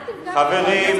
חברים.